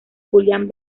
julián